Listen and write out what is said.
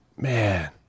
Man